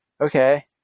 okay